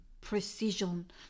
Precision